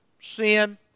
sin